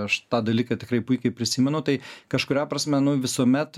aš tą dalyką tikrai puikiai prisimenu tai kažkuria prasme nu visuomet